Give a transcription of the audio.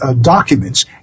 documents